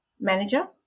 manager